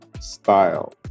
style